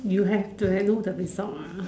you have to know the result mah